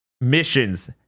missions